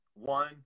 one